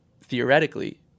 theoretically